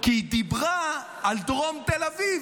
כי היא דיברה על דרום תל אביב,